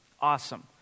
awesome